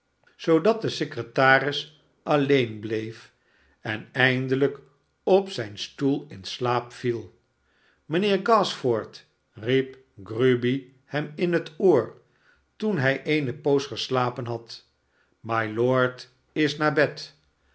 zoodat de secretaris alleen bleef en eindelijk op zijn stoel in slaap viel mijnheer gashford riep grueby hem in het oor toen hij eene poos geslapen had mylord is naar bed